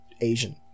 Asian